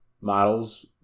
models